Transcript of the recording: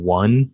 one